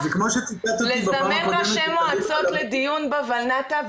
לזמן ראשי מועצות לדיון בולנת"ע,